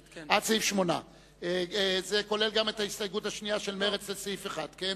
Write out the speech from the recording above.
8. זה כולל גם את ההסתייגות השנייה של מרצ לסעיף 1. כן?